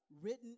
written